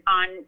on